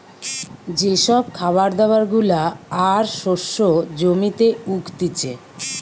যে সব খাবার দাবার গুলা আর শস্য জমিতে উগতিচে